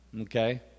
Okay